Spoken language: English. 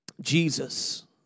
Jesus